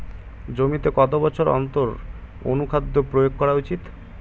জমিতে কত বছর অন্তর অনুখাদ্য প্রয়োগ করা উচিৎ?